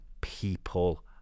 people